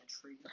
tree